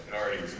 already,